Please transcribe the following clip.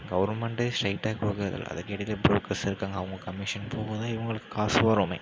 கவர்மெண்ட்டே ஸ்டெய்ட்டாக கொடுக்குறது இல்லை அதுக்கு இடையில ப்ரோக்கர்ஸ் இருக்காங்க அவங்க கமிஷன் போக தான் இவங்களுக்கு காசு வருமே